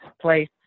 place